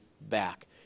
back